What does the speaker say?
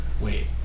wait